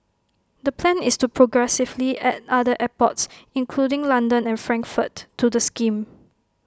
the plan is to progressively add other airports including London and Frankfurt to the scheme